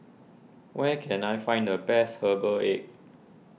where can I find the best Herbal Egg